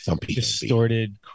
distorted